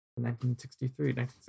1963